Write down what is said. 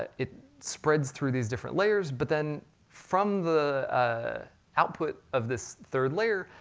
it it spreads through these different layers, but then from the ah output of this third layer,